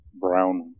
brown